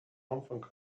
anfang